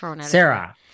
sarah